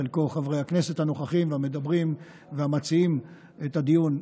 בחלקו חברי הכנסת הנוכחים והמדברים והמציעים את הדיון,